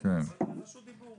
2023